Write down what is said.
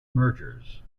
mergers